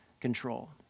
control